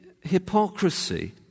hypocrisy